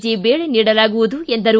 G ಬೇಳೆ ನೀಡಲಾಗುವುದು ಎಂದರು